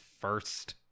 First